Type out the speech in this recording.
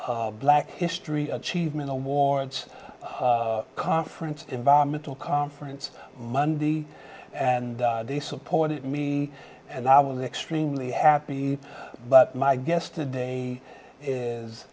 a black history achievement awards conference environmental conference monday and they supported me and i will be extremely happy but my guest today is